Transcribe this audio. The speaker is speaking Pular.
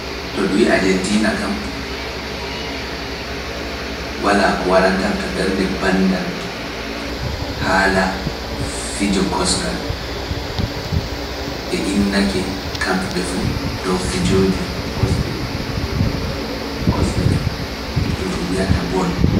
To ɗum wiya ajantiina kam, walaa ko waɗanta kam to ɓernde bannda haala fijo kosngal, ɓe innake kamɓe fuu dow fijooji kosɗe ɗum wi’ata bol.